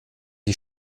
die